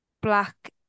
black